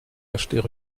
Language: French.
acheter